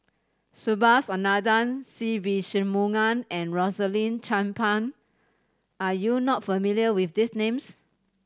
Subhas Anandan Se Ve Shanmugam and Rosaline Chan Pang are you not familiar with these names